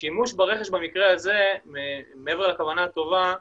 השימוש ברכש במקרה הזה, מעבר לכוונה הטובה,